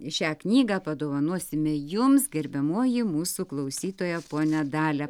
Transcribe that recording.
šią knygą padovanosime jums gerbiamoji mūsų klausytoja ponia dalia